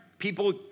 people